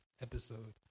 episode